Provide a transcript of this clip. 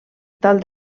tal